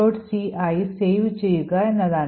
c ആയി save ചെയ്യുക എന്നതാണ്